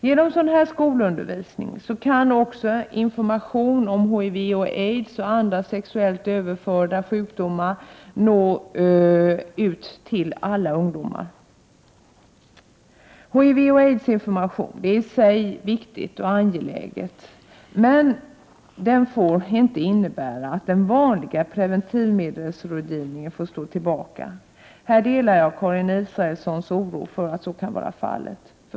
Genom sådan skolundervisning kan också information om HIV, aids och andra sexuellt överförda sjukdomar nå ut till alla ungdomar. HIV och aidsinformation är i sig viktig och angelägen men den får inte innebära att den vanliga preventivmedelsrådgivningen får stå tillbaka. Jag delar Karin Israelssons oro för att så kan vara fallet.